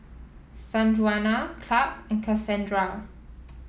Sanjuana Clarke and Kassandra